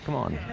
c'mon.